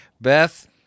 Beth